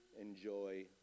enjoy